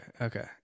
okay